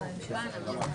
נתקבלה.